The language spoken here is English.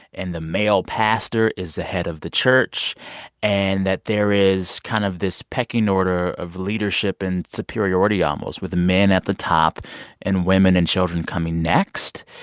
and the male pastor is the head of the church and that there is kind of this pecking order of leadership leadership and superiority almost with men at the top and women and children coming next.